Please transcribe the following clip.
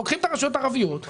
לוקחים את הרשויות הערביות,